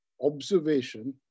observation